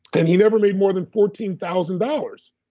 and he never made more than fourteen thousand dollars,